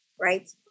right